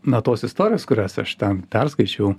na tos istorijos kurias aš ten perskaičiau